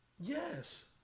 Yes